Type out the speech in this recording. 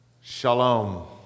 Shalom